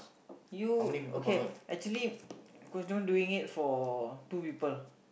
you okay actually who's the one doing it for two people